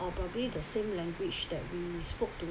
or probably the same language that we spoke to